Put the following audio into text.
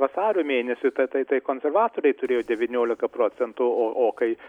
vasario mėnesį tai tai tai konservatoriai turėjo devyniolika procentų o o kai